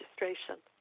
registration